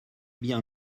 bien